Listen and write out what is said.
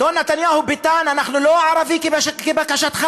אדון נתניהו-ביטן, אנחנו לא ערבי כבקשתך.